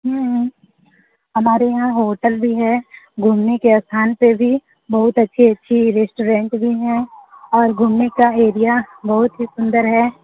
हमारे यहाँ होटल भी है घूमने के स्थान पे भी बहुत अच्छी अच्छी रेस्टोरेंट भी हैं और घूमने का एरिया ही सुन्दर है